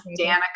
Danica